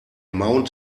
mount